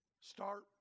Start